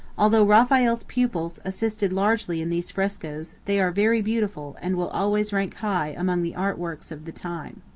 although raphael's pupils assisted largely in these frescoes they are very beautiful and will always rank high among the art works of the time.